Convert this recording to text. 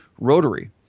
rotary